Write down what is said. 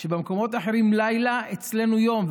כשבמקומות אחרים לילה אצלנו יום.